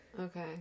Okay